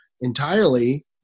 entirely